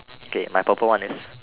k my purple one is